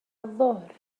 الظهر